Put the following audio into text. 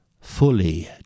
fully